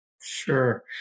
Sure